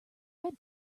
red